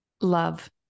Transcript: love